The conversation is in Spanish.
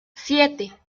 siete